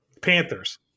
Panthers